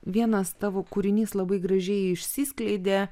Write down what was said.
vienas tavo kūrinys labai gražiai išsiskleidė